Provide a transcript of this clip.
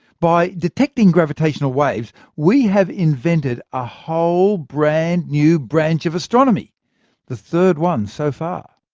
by detecting gravitational waves, we have invented a whole brand-new branch of astronomy the third one so far.